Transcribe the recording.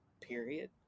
period